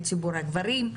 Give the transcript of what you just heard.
את ציבור הגברים,